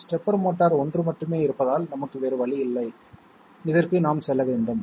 stepper motor ஒன்று மட்டுமே இருப்பதால் நமக்கு வேறு வழியில்லை இதற்கு நாம் செல்ல வேண்டும்